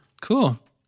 Cool